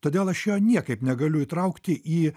todėl aš jo niekaip negaliu įtraukti į